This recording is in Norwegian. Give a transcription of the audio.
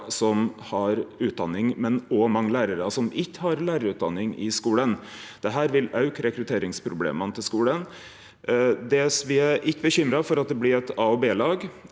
som har utdanning, men òg mange lærarar som ikkje har lærarutdanning, i skulen. Dette vil auke rekrutteringsproblema i skulen. Me er ikkje bekymra for at det blir eit a-lag